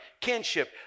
kinship